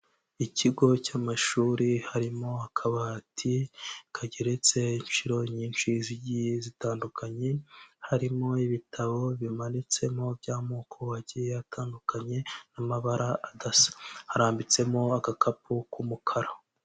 Ikigo cy'amashuri, harimo akabati kageretse inshuro nyinshi zigiye zitandukanye, harimo ibitabo bimanitsemo by'amoko agiye atandukanye n'amabara adasa, harambitsemo agakapu k'umukara.